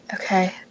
Okay